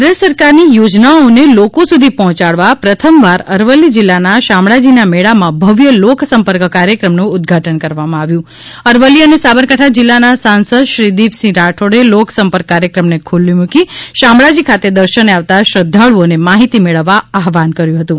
કેન્દ્ર સરકારની યોજનાઓને લોકો સુધી પહોંચાડવા પ્રથમવાર અરવલ્લી જિલ્લાના શામળાજીના મેળામાં ભવ્ય લોકસંપર્ક કાર્યક્રમનું ઉદ્વાટન કરવામાં આવ્યું અરવલ્લી અને સાબરકાંઠા જિલ્લાના સાંસદ શ્રી દીપસિંહ રાઠોડે લોકસંપર્ક કાર્યક્રમને ખુલ્લી મુકી શામળાજી ખાતે દર્શને આવતા શ્રદ્ધાળુઓને માહિતી મેળવવા આહવાહન કર્યું હતું